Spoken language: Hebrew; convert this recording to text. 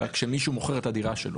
אלא כמישהו מוכר את הדירה שלו.